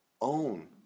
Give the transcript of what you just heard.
own